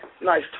nice